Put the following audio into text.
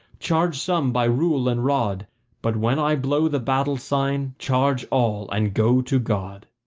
charge some by rule and rod but when i blow the battle sign, charge all and go to god.